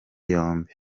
yombi